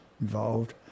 involved